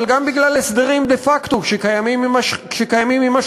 אבל גם בגלל הסדרים דה-פקטו שקיימים עם השכנים,